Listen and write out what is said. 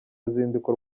uruzinduko